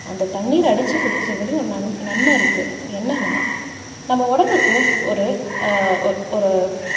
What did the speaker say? அந்த தண்ணீரை அடித்து பிடிக்கிறதுலையும் ஒரு நன் நன்மை இருக்குது என்னென்னா நம்ம உடம்புக்கு ஒரு ஒரு